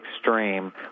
extreme